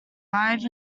live